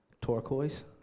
Turquoise